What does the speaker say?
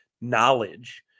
knowledge